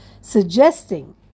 suggesting